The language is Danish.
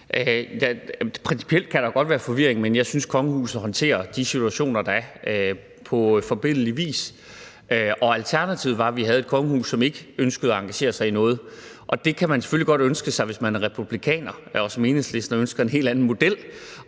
Principielt kan der godt være forvirring, men jeg synes, at kongehuset håndterer de situationer, der er, på forbilledlig vis. Alternativet var, at vi havde et kongehus, som ikke ønskede at engagere sig i noget. Det kan man selvfølgelig godt ønske sig, hvis man er republikaner eller, som Enhedslisten ønsker, havde en helt anden model.